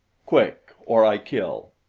quick, or i kill!